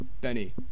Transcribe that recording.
Benny